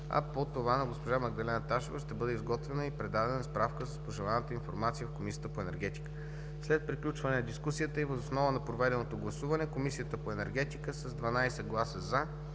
а по това на госпожа Магдалена Ташева ще бъде изготвена и предадена справка с пожеланата информация в Комисията по енергетика. След приключване на дискусията и въз основа на проведеното гласуване, Комисията по енергетика с 12 гласа